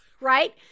Right